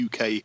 UK